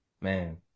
Man